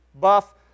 buff